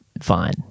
fine